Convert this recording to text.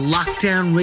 Lockdown